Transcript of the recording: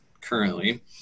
currently